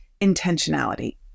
intentionality